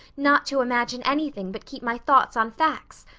not to imagine anything, but keep my thoughts on facts.